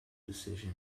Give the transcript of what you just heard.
decision